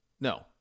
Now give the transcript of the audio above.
No